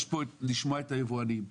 צריך לשמוע את היבואנים,